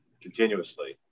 continuously